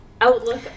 Outlook